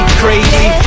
crazy